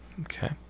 okay